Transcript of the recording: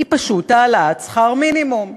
היא פשוט העלאת שכר המינימום.